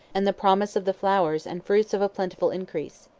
and the promise of the flowers and fruits of a plentiful increase.